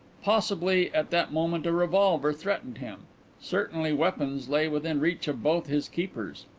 possibly at that moment a revolver threatened him certainly weapons lay within reach of both his keepers.